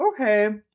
okay